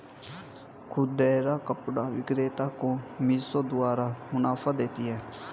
खुदरा कपड़ा विक्रेता को मिशो बहुत मुनाफा देती है